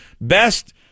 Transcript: Best